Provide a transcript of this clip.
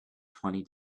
twenty